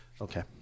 Okay